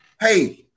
Hey